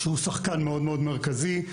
שהוא שחקן מאוד-מאוד מרכזי.